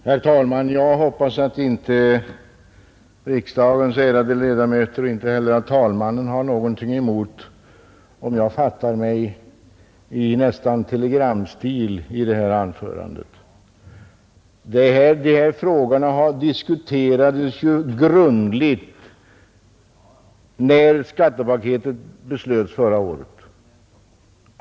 Herr talman! Jag hoppas att inte riksdagens ärade ledamöter och inte heller herr talmannen har någonting emot om jag håller detta anförande nästan i telegramstil. De här frågorna diskuterades ju grundligt när skattepaketet beslöts förra året.